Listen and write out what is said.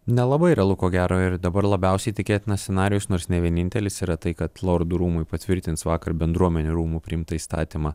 nelabai realu ko gero ir dabar labiausiai tikėtinas scenarijus nors ne vienintelis yra tai kad lordų rūmai patvirtins vakar bendruomenių rūmų priimtą įstatymą